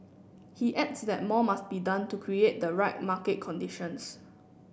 he adds that more must be done to create the right market conditions